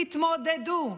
תתמודדו.